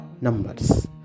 numbers